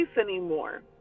anymore